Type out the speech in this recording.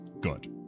Good